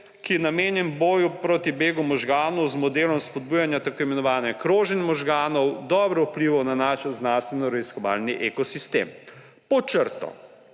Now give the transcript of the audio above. je namenjen boju proti begu možganov z modelom spodbujanja tako imenovanega kroženja možganov, dobro vplival na naš znanstvenoraziskovalni ekosistem. Pod črto.